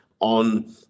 On